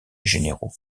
généraux